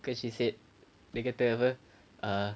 cause she said dia kata [pe] ah